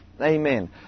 Amen